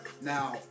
Now